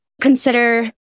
consider